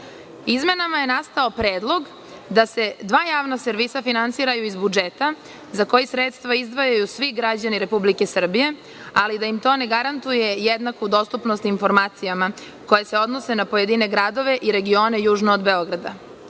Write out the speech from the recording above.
Izmenama je nastao predlog da se dva javna servisa finansiraju iz budžeta za koji sredstva izdvajaju svi građani Republike Srbije, ali da im to ne garantuje jednaku dostupnost informacijama koje se odnose na pojedine gradove i regione južno od Beograda.